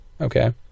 okay